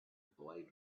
boy